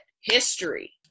history